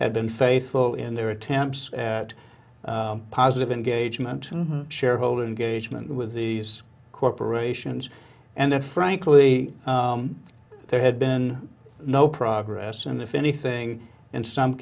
had been faithful in their attempts at positive engagement to shareholder engagement with these corporations and that frankly there had been no progress and if anything in some